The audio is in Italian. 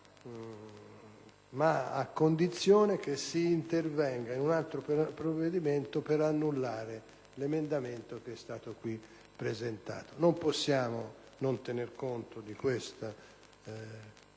ma a condizione che si intervenga in un altro provvedimento per annullare l'emendamento che è stato presentato in Senato. Non possiamo non tenere conto di questa condizione